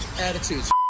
attitudes